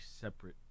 separate